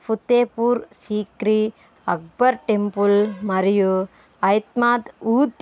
Fatehpur Sikri Akbar temple మరియు ఐత్ మాత్ ఊద్